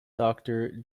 doctor